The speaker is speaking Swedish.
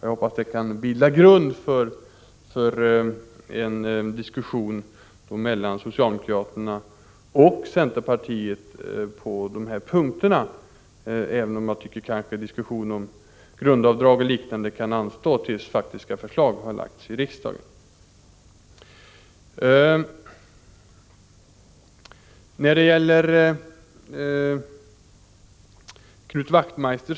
Jag hoppas det kan bilda grund för en diskussion mellan socialdemokraterna och centerpartiet på dessa punkter, även om jag tycker att debatten om grundavdrag och liknande frågor kan anstå tills faktiska förslag har lagts fram för riksdagen.